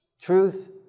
Truth